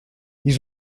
ils